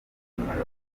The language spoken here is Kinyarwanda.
bw’umwana